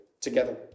together